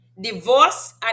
Divorce